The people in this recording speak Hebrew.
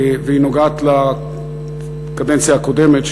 והיא נוגעת לקדנציה הקודמת,